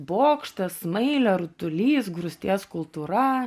bokštas smailė rutulys grūsties kultūra